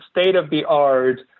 state-of-the-art